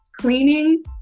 cleaning